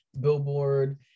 Billboard